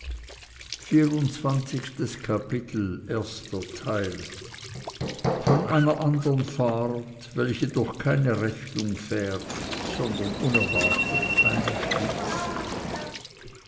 vierundzwanzigstes kapitel von einer andern fahrt welche durch keine rechnung fährt sondern unerwartet eine schließt